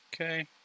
Okay